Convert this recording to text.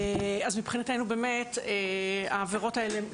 אז מבחינתנו באמת העבירות האלה הן